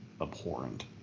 abhorrent